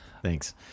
thanks